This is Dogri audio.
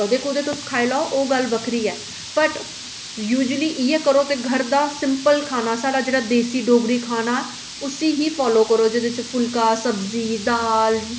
कदें कदें खाई लैओ ओह् गल्ल बक्खरी ऐ बट यूजली इ'यै करो ते साढ़े घर दा सिंपल खाना जेह्ड़ा देसी डोगरी खाना उसी गै फालो करो जेह्दे च फुलका सब्जी दाल